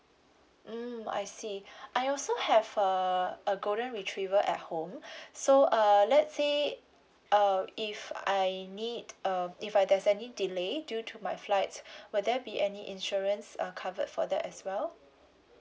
mm I see I also have err a golden retriever at home so err let say err if I need um if I there's any delay due to my flights will there be any insurance uh covered for that as well